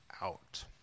out